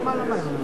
החתולים.